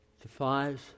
Defies